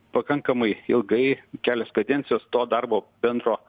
pakankamai ilgai kelios kadencijos to darbo bendro